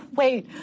wait